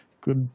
good